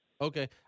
Okay